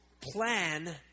plan